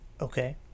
Okay